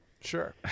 Sure